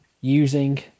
Using